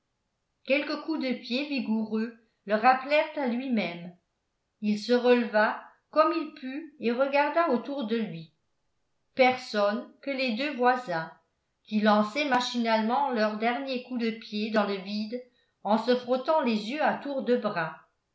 quelques coups de pied vigoureux le rappelèrent à lui-même il se releva comme il put et regarda autour de lui personne que les deux voisins qui lançaient machinalement leurs derniers coups de pied dans le vide en se frottant les yeux à tour de bras